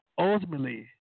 Ultimately